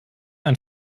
ein